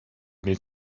mieć